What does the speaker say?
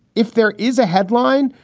if there is a headline.